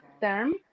term